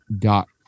Dot